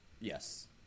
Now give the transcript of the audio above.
Yes